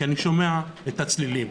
כי אני שומע את הצלילים.